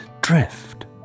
drift